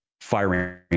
firing